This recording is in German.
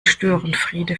störenfriede